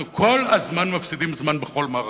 אנחנו כל הזמן מפסידים זמן בכל מערכה.